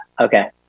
okay